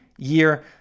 year